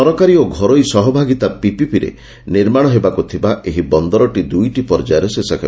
ସରକାରୀ ଓ ଘରୋଇ ସହଭାଗିତାରେ ପିପିପିରେ ନିର୍ମାଣ ହେବାକୁ ଥିବା ଏହି ବନ୍ଦରଟି ଦୁଇଟି ପର୍ଯ୍ୟାୟରେ ଶେଷ ହେବ